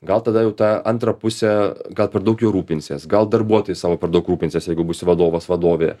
gal tada jau tą antrą pusę gal per daug juo rūpinsies gal darbuotojais savo per daug rūpinsies jeigu būsi vadovas vadovė